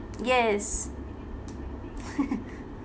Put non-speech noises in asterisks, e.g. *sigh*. yes *laughs*